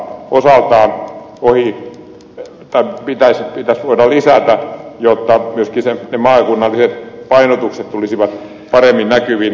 kansanedustajien vaikutusvaltaa osaltaan pitäisi voida lisätä jotta myöskin ne maakunnalliset painotukset tulisivat paremmin näkyviin